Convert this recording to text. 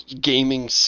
gaming